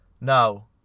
Now